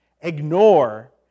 ignore